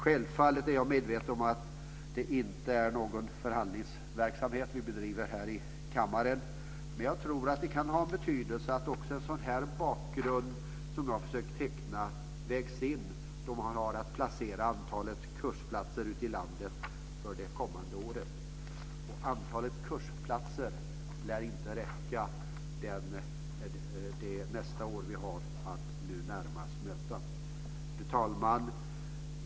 Självfallet är jag medveten om att det inte är någon förhandlingsverksamhet som vi bedriver här i kammaren. Men jag tror att det kan ha betydelse att en sådan här bakgrund som jag har försökt att teckna vägs in när man har att lokalisera antalet kursplatser ute i landet för det kommande året. Antalet kursplatser lär inte räcka under det år som vi närmast har att möta. Fru talman!